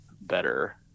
better